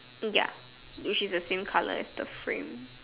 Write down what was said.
ya which is the same colour as the frame